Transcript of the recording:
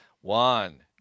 one